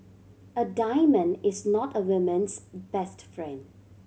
a diamond is not a woman's best friend